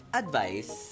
advice